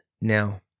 Now